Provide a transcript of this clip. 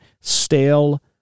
stale